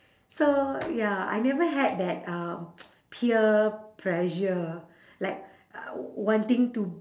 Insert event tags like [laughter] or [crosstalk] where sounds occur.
so ya I never had that uh [noise] peer pressure like uh wanting to